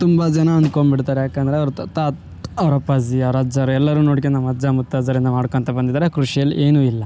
ತುಂಬ ಜನ ಅನ್ಕೊಂಬಿಡ್ತಾರೆ ಯಾಕಂದ್ರೆ ಅವ್ರ ತಾತ ಅವ್ರ ಅಪ್ಪಾಜಿ ಅವರ ಅಜ್ಜರು ಎಲ್ಲರು ನೋಡ್ಕೊಂಡ್ ನಾವು ಅಜ್ಜ ಮುತ್ತಜ್ಜರಿಂದ ಮಾಡ್ಕೊತ ಬಂದಿದ್ದಾರೆ ಕೃಷಿಯಲ್ಲಿ ಏನು ಇಲ್ಲ